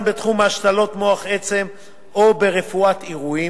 בתחום השתלות מוח עצם או ברפואת עירויים